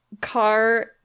car